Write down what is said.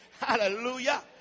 Hallelujah